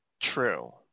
True